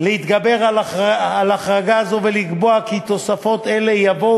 להתגבר על החרגה זו ולקבוע כי תוספות אלה יובאו